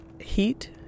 heat